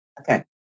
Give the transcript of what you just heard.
Okay